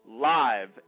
live